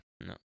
No